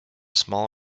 small